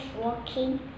walking